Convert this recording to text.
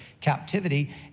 captivity